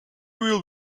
will